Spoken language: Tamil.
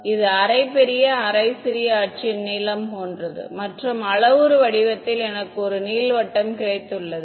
இது அரை பெரிய அரை சிறிய அச்சின் நீளம் போன்றது மற்றும் அளவுரு வடிவத்தில் எனக்கு ஒரு நீள்வட்டம் கிடைத்ததுள்ளது